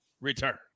return